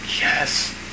Yes